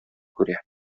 күрә